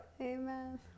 Amen